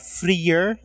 freer